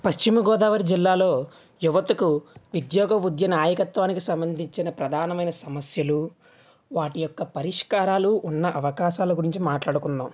పశ్చిమ గోదావరి జిల్లాలో యువతకు ఉద్యోగ ఉద్య నాయకత్వానికి సంబంధించిన ప్రధానమైన సమస్యలు వాటి యొక్క పరిష్కారాలు ఉన్న అవకాశాల గురించి మాట్లాడుకుందాం